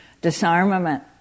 disarmament